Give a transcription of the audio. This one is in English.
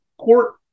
court